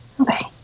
Okay